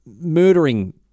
murdering